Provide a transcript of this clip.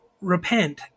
repent